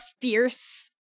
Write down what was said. fierce